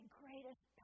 greatest